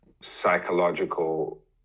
psychological